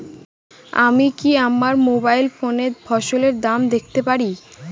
আমি কি আমার মোবাইল ফোনে ফসলের দাম দেখতে পারি?